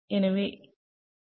எனவே இந்த வார பயிற்சிகளுக்கு வருக